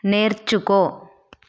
నేర్చుకో